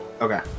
Okay